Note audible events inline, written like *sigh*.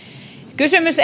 kysymys *unintelligible*